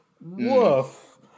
woof